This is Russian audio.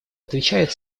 отвечает